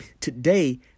Today